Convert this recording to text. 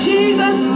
Jesus